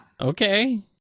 Okay